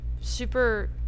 super